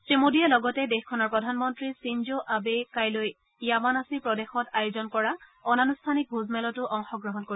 শ্ৰীমোডীয়ে লগতে দেশখনৰ প্ৰধানমন্ত্ৰী খ্বিনজ' আবে কাইলৈ য়ামানাশি প্ৰদেশত আয়োজন কৰা অনানুষ্ঠানিক ভোজমেলতো অংশগ্ৰহণ কৰিব